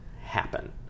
happen